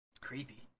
Creepy